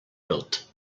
built